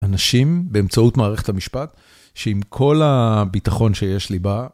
אנשים, באמצעות מערכת המשפט, שעם כל הביטחון שיש לי בה...